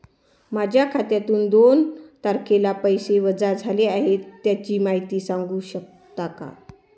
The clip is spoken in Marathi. माझ्या खात्यातून दोन तारखेला पैसे वजा झाले आहेत त्याची माहिती सांगू शकता का?